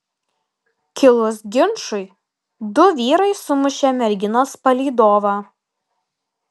kilus ginčui du vyrai sumušė merginos palydovą